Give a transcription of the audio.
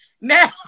now